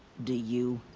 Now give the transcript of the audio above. do you?